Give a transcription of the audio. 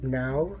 now